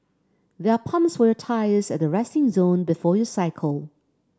there are pumps for your tyres at the resting zone before you cycle